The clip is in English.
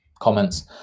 comments